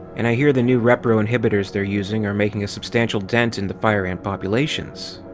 and i hear the new repro-inhibitors they're using are making a substantial dent in the fireant populations.